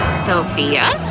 sophia?